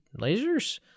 lasers